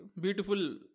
beautiful